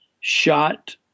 shot